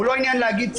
הוא לא עניין להגיד,